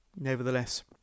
Nevertheless